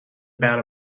about